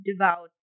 devout